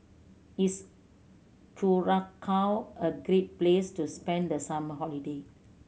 is Curacao a great place to spend the summer holiday